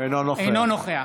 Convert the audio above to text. אינו נוכח